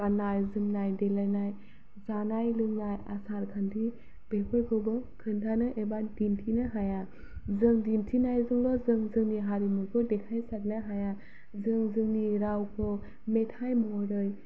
गानना जोमनाय देलायनाय जानाय लोंनाय आसार खान्थि बेफोरखौबो खोन्थानो एबा दिन्थिनो हाया जों दिन्थिनायजोंल' जों जोंनि हारिमुखौ देखायसारनो हाया जों जोंनि रावखौ मेथाइ महरै